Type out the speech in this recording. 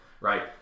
right